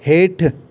हेठि